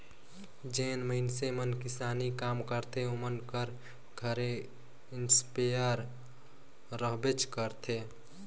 जेन मइनसे मन किसानी काम करथे ओमन कर घरे इस्पेयर रहबेच करथे